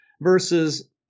versus